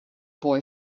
boy